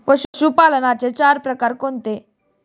पशुपालनाचे चार प्रकार कोणते?